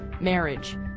marriage